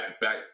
back